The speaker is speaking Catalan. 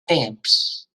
temps